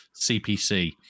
CPC